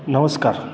नमस्कार